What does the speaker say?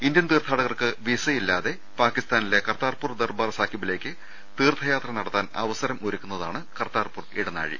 Indian തീർത്ഥാടകർക്ക് visa ഇല്ലാതെ പാക്കിസ്ഥാ നിലെ കർതാർപൂർ ദർബാർ സാഹിബിലേക്ക് തീർത്ഥയാത്ര നടത്താൻ അവസരം ഒരുക്കുന്നതാണ് കർതാർപൂർ ഇടനാഴി